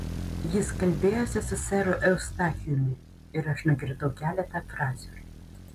jis kalbėjosi su seru eustachijumi ir aš nugirdau keletą frazių